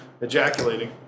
ejaculating